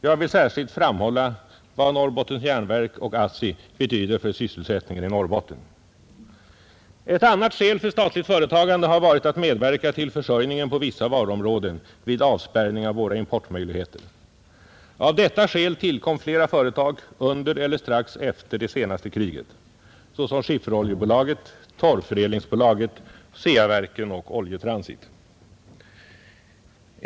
Jag vill särskilt framhålla vad NJA och ASSI betyder för sysselsättningen i Norrbotten. Ett annat skäl för statligt företagande har varit att medverka till försörjningen på vissa varuområden vid avspärrning av våra importmöjligheter. Av detta skäl tillkom flera företag under eller strax efter det senaste kriget, såsom Skifferoljebolaget, Torvförädlingsbolaget, Ceaverken och Oljetransit.